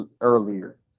earlier